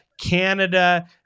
Canada